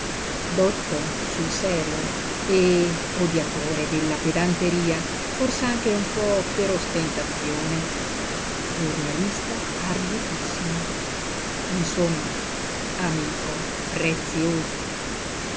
dotto sul serio e odiatore della pedanteria fors'anche un po per ostentazione giornalista argutissimo insomma amico prezioso